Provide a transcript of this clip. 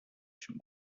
شما